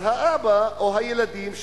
אז האבא או הילדים,